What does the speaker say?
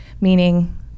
meaning